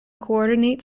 coordinates